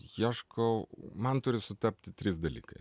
ieškau man turi sutapti trys dalykai